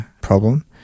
problem